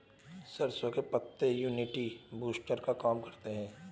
सरसों के पत्ते इम्युनिटी बूस्टर का काम करते है